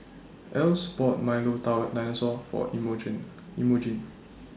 Else bought Milo Dinosaur For Emogene Emogene